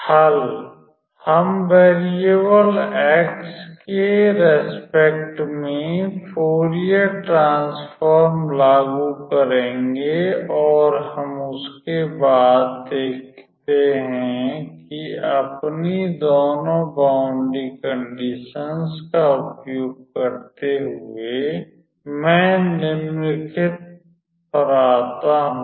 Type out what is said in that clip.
हल हम variable x के संबंध में फूरियर ट्रांसफॉर्म लागू करेंगे और हम उसके बाद हम देखते हैं कि अपनी दोनों बाउंडरी कंडिशन्स का उपयोग करते हुए मैं निम्नलिखित पर आता हूं